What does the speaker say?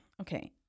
okay